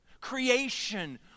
Creation